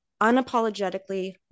unapologetically